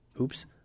Oops